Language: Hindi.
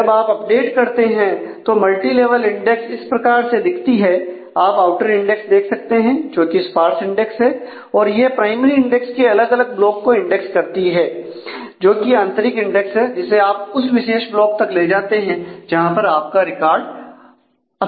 जब आप अपडेट करते हैं तो मल्टीलेवल इंडेक्स इस प्रकार से दिखती है आप आउटर इंडेक्स देख सकते हैं जोकि स्पार्स इंडेक्स है और यह प्राइमरी इंडेक्स के अलग अलग ब्लॉक को इंडेक्स करती है जो कि आंतरिक इंडेक्स है जिसे आप उस विशेष ब्लॉक तक ले जाते हैं जहां पर आप का रिकोर्ड अपेक्षित है